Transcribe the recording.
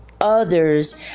others